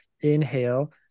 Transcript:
inhale